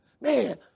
man